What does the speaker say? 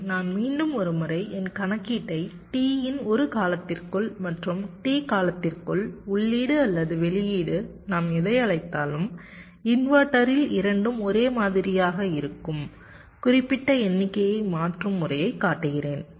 எனவே நான் மீண்டும் ஒரு முறை என் கணக்கீட்டை T இன் ஒரு காலத்திற்குள் மற்றும் T காலத்திற்குள் உள்ளீடு அல்லது வெளியீடு நாம் எதை அழைத்தாலும் இன்வெர்ட்டரில் இரண்டும் ஒரே மாதிரியாக இருக்கும் குறிப்பிட்ட எண்ணிக்கையை மாற்றும் முறையை காட்டுகிறேன்